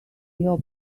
your